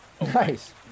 Nice